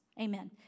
Amen